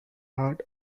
heart